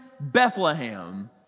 Bethlehem